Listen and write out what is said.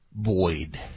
void